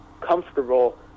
comfortable